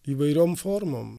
įvairiom formom